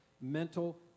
mental